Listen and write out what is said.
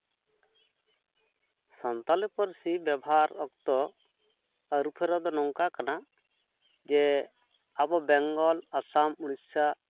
ᱥᱟᱱᱛᱟᱞᱤ ᱯᱟᱹᱨᱥᱤ ᱵᱮᱵᱷᱟᱨ ᱚᱠᱛᱚ ᱟᱹᱨᱩᱼᱯᱷᱮᱨᱟᱣ ᱫᱚ ᱱᱚᱝᱠᱟ ᱠᱟᱱᱟ ᱡᱮ ᱟᱵᱚ ᱵᱮᱝᱜᱚᱞ ᱟᱥᱟᱢ ᱳᱲᱤᱥᱥᱟ